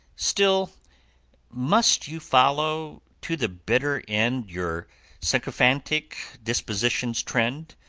still must you follow to the bitter end your sycophantic disposition's trend,